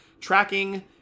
tracking